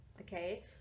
okay